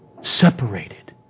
separated